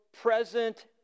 present